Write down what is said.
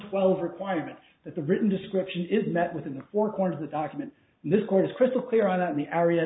twelve requirement that the written description is met with in the four corners of documents this court is crystal clear on that in the area